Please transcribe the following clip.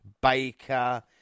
Baker